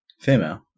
Female